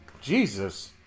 Jesus